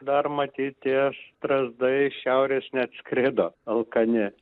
dar matyt tie strazdai iš šiaurės neatskrido alkani